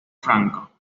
franco